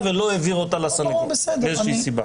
ולא העביר אותה לסנגור מאיזה שהיא סיבה.